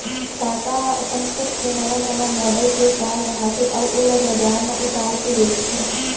टाटा ह अपन खुद के नवा नवा मॉडल के कार बनाथे अउ ओला बजार म उतार के बेचथे